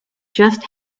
just